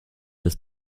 des